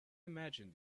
imagine